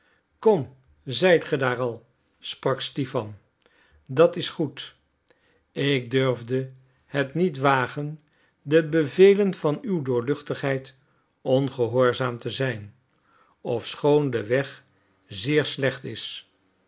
kom zijt ge daar al sprak stipan dat is goed ik durfde het niet wagen de bevelen van uw doorluchtigheid ongehoorzaam te zijn ofschoon de weg zeer slecht is